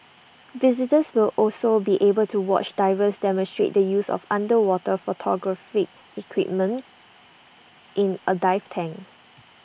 visitors will also be able to watch divers demonstrate the use of underwater photographic equipment in A dive tank